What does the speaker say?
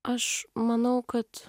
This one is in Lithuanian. aš manau kad